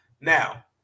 now